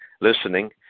listening